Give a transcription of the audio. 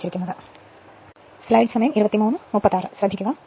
അതിനാൽ ഞാൻ രേഖീയ ഭാഗം കാണിച്ചു